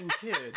kid